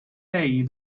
day